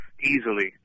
easily